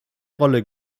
rolle